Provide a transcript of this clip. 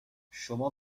شما